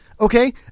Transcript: Okay